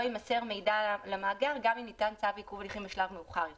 יימסר מידע למאגר גם אם ניתן צו עיכוב הליכים בשלב מאוחר יותר.